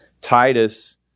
Titus